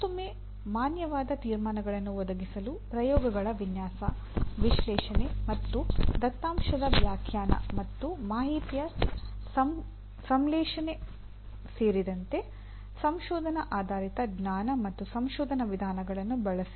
ಮತ್ತೊಮ್ಮೆ ಮಾನ್ಯವಾದ ತೀರ್ಮಾನಗಳನ್ನು ಒದಗಿಸಲು ಪ್ರಯೋಗಗಳ ವಿನ್ಯಾಸ ವಿಶ್ಲೇಷಣೆ ಮತ್ತು ದತ್ತಾಂಶದ ವ್ಯಾಖ್ಯಾನ ಮತ್ತು ಮಾಹಿತಿಯ ಸಂಶ್ಲೇಷಣೆ ಸೇರಿದಂತೆ ಸಂಶೋಧನಾ ಆಧಾರಿತ ಜ್ಞಾನ ಮತ್ತು ಸಂಶೋಧನಾ ವಿಧಾನಗಳನ್ನು ಬಳಸಿ